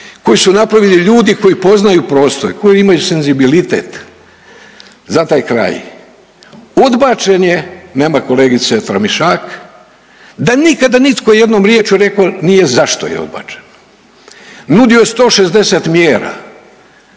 koji su napravili ljudi koji poznaju prostor, koji imaju senzibilitet za taj kraj. Odbačen je, nema kolegice Tramišak, da nikada nitko jednom riječi rekao nije zašto je odbačen. Nudio je 160 mjera,